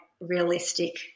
realistic